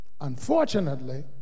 Unfortunately